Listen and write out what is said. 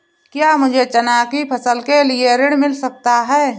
क्या मुझे चना की फसल के लिए ऋण मिल सकता है?